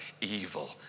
evil